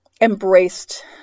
embraced